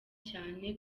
cyane